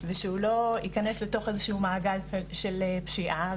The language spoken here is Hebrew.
ושהוא לא ייכנס לתוך איזה שהוא מעגל של פשיעה,